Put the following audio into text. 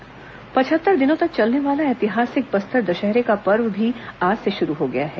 बस्तर दशहरा पचहत्तर दिनों तक चलने वाला ऐतिहासिक बस्तर दशहरे का पर्व भी आज से शुरू हो गया है